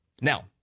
Now